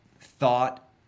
thought